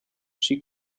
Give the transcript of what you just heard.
she